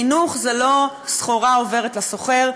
חינוך זה לא סחורה עוברת לסוחר,